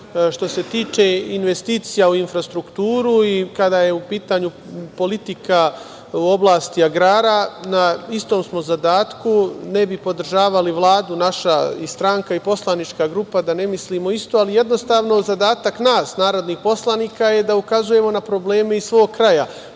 što se tiče investicija u infrastrukturi i kada je u pitanju politika u oblasti agrara, na istom smo zadatku. Ne bi podržavali Vladu naša stranka i poslanička grupa da ne mislimo isto, ali, jednostavno, zadatak nas, narodnih poslanika, je da ukazujemo na probleme iz svog